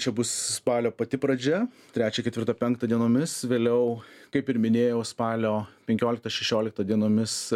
čia bus spalio pati pradžia trečią ketvirtą penktą dienomis vėliau kaip ir minėjau spalio penkioliktą šešioliktą dienomis